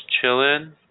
chilling